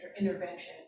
intervention